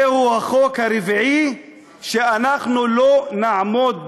זהו החוק הרביעי שאנחנו לא נעמוד בו.